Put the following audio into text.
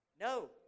No